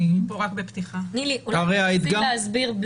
אולי תנסי להסביר,